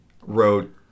wrote